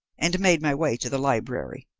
and made my way to the library.